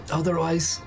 otherwise